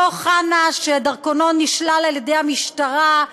אותו חנא, שדרכונו נשלל על-ידי המשטרה,